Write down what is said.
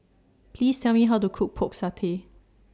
Please Tell Me How to Cook Pork Satay